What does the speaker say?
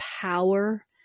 power